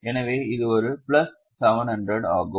எனவே இது ஒரு பிளஸ் 700 ஆகும்